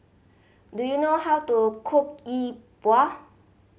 do you know how to cook Yi Bua